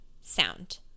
sound